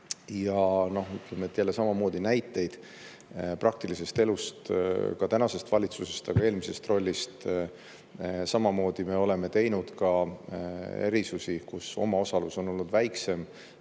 kui eelmises. Ja jälle samamoodi näiteid praktilisest elust, ka tänasest valitsusest, aga eelmisest rollist. Samamoodi me oleme teinud ka erisusi, kus omaosalus on olnud väiksem,